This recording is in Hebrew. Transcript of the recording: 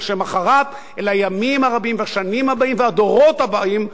אלא לימים הרבים והשנים הבאות והדורות הבאים שיבואו אלינו.